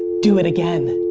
do it again.